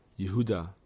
Yehuda